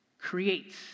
creates